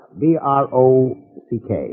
B-R-O-C-K